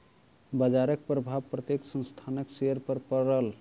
बजारक प्रभाव प्रत्येक संस्थानक शेयर पर पड़ल